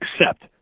accept